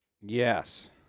Yes